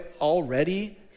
already